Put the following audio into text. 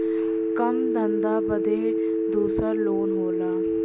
काम धंधा बदे दूसर लोन होला